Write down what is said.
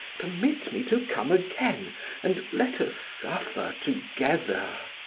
permit me to come again and let us suffer together.